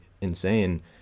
insane